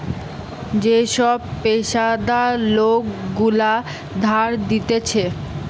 যে সব পেশাদার লোক গুলা ধার দিতেছে